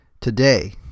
Today